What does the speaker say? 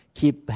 keep